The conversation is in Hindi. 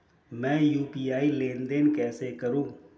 मैं यू.पी.आई लेनदेन कैसे करूँ?